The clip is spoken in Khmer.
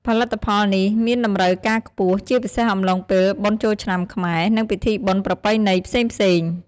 ផលិតផលនេះមានតម្រូវការខ្ពស់ ជាពិសេសអំឡុងពេលបុណ្យចូលឆ្នាំខ្មែរ និងពិធីបុណ្យប្រពៃណីផ្សេងៗ។